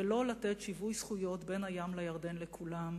ולא לתת שיווי זכויות בין הים לירדן לכולם,